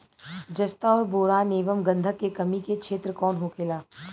जस्ता और बोरान एंव गंधक के कमी के क्षेत्र कौन होखेला?